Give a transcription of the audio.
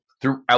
throughout